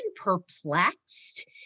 perplexed